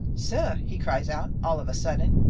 suh, he cries out, all of a sudden,